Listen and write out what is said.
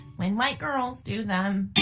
when white girls do them